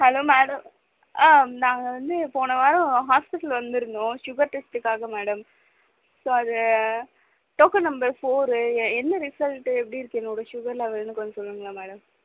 hello madam ஆ நாங்கள் வந்து போன வாரம் ஹாஸ்பிட்டல் வந்துயிருந்தோம் ஷுகர் டெஸ்ட்டுக்காக மேடம் ஸோ அது டோக்கன் நம்பர் ஃபோரு எ என்ன ரிசல்ட்டு எப்டி இருக்கு என்னோட ஷுகர் லெவல்ன்னு கொஞ்சம் சொல்லுங்களேன் மேடம்